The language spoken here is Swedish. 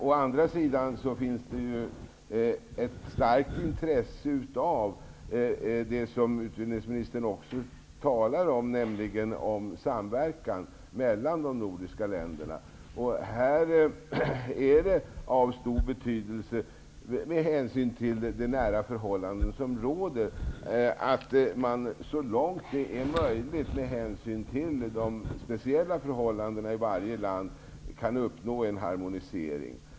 Å andra sidan finns det ett starkt intresse av samverkan mellan de nordiska länderna, något som utbildningsministern också talade om. På grund av de likartade förhållanden som råder är det av stor betydelse att man så långt det är möjligt med hänsyn till de speciella förhållandena i varje land kan uppnå en harmonisering.